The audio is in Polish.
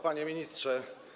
Panie Ministrze!